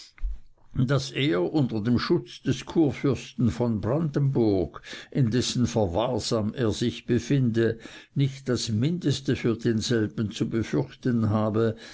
daß er unter dem schutz des kurfürsten von brandenburg in dessen verwahrsam er sich befinde nicht das mindeste für denselben zu befürchten habe